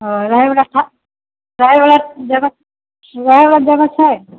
हॅं रहैबला जगह छै